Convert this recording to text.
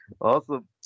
Awesome